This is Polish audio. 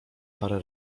parę